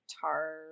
tar